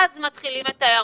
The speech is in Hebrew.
אז מתחילים את ההיערכות.